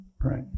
right